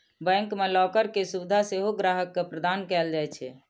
bank मे locker के सुविधा सेहो ग्राहक के प्रदान कैल जाइ छै